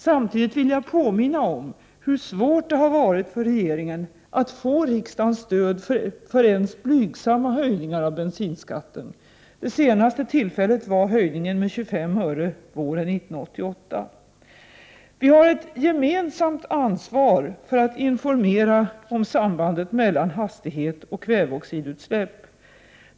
Samtidigt vill jag påminna om hur svårt det har varit för regeringen att få riksdagens stöd för ens blygsamma höjningar av bensinskatten. Det senaste tillfället var höjningen med 25 öre våren 1988. Vi har ett gemensamt ansvar för att informera om sambandet mellan hastighet och kväveoxidutsläpp.